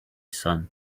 son